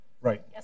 Right